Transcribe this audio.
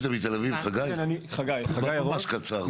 מתל-אביב, בבקשה ממש קצר.